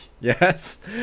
yes